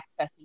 accessing